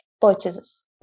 purchases